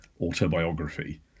autobiography